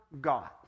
God